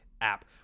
app